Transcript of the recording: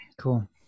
Cool